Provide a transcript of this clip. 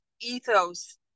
ethos